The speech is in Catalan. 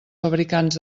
fabricants